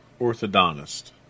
orthodontist